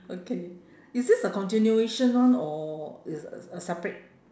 okay is this the continuation one or it's a a separate